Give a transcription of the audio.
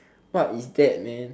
what is that man